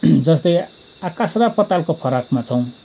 जस्तै आकाश र पातलको फरकमा छौँ